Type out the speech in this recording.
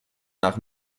nach